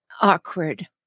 awkward